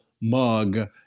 mug